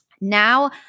now